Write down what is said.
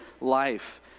life